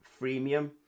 freemium